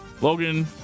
Logan